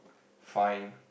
fine